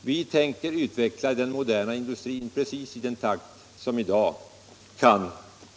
Vi tänker utveckla den moderna industrin i precis den takt som i dag kan